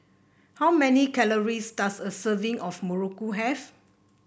how many calories does a serving of muruku have